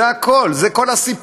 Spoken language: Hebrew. זה הכול, זה כל הסיפור.